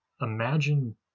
imagine